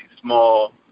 small